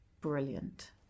brilliant